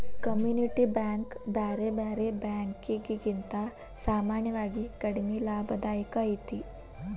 community bank ಬ್ಯಾರೆ ಬ್ಯಾರೆ ಬ್ಯಾಂಕಿಕಿಗಿಂತಾ ಸಾಮಾನ್ಯವಾಗಿ ಕಡಿಮಿ ಲಾಭದಾಯಕ ಐತಿ